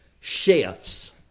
chefs